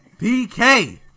PK